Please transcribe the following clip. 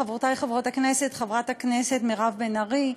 חברותי חברות הכנסת מירב בן ארי,